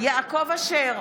יעקב אשר,